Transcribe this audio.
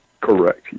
Correct